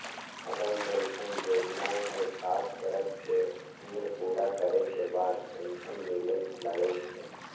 Atal pension जोजना में साठ वर्ष के उमर पूरा करे के बाद पेन्सन मिले लगैए छइ